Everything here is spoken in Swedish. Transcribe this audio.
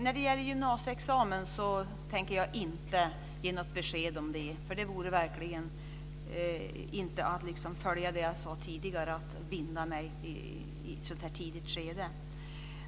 Fru talman! Jag tänker inte ge något besked om gymnasieexamen. Det vore verkligen inte att följa det jag sade tidigare. Jag vill inte binda mig i ett så tidigt skede.